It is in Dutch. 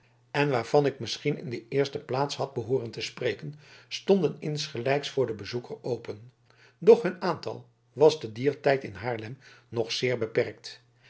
en waarvan ik misschien in de eerste plaats had behooren te spreken stonden insgelijks voor den bezoeker open doch hun aantal was te dier tijd in haarlem nog zeer beperkt